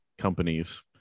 companies